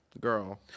Girl